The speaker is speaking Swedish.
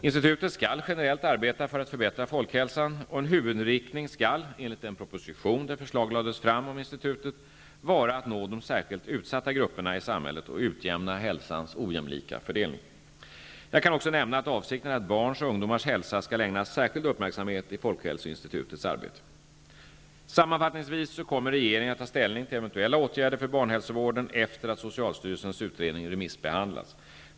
Institutet skall generellt arbeta för att förbättra folkhälsan, och en huvudinriktning skall, enligt den proposition där förslag lades fram om institutet, vara att nå de särskilt utsatta grupperna i samhället och utjämna hälsans ojämlika fördelning. Jag kan också nämna att avsikten är att barns och ungdomars hälsa skall ägnas särskild uppmärksamhet i folkhälsoinstitutets arbete. Sammanfattningsvis kommer regeringen att ta ställning till eventuella åtgärder för barnhälsovården efter att socialstyrelsens utredning remissbehandlats.